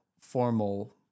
formal